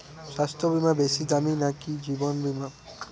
স্বাস্থ্য বীমা বেশী দামী নাকি জীবন বীমা?